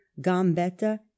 gambetta